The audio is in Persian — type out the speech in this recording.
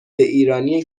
ایرانی